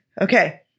Okay